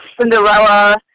Cinderella